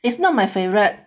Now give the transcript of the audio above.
is not my favorite